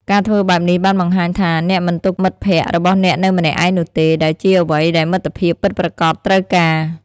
ការធ្វើបែបនេះបានបង្ហាញថា អ្នកមិនទុកមិត្តភក្តិរបស់អ្នកនៅម្នាក់ឯងនោះទេ ដែលជាអ្វីដែលមិត្តភាពពិតប្រាកដត្រូវការ។